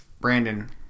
Brandon